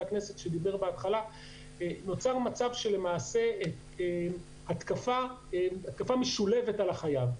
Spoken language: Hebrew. הכנסת: נוצר מצב של התקפה משולבת על החייב.